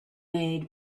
made